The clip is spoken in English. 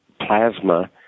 plasma